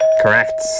Correct